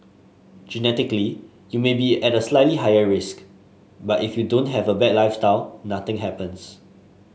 genetically you may be at a slightly higher risk but if you don't have a bad lifestyle nothing happens